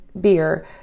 beer